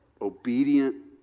Obedient